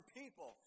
people